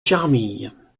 charmilles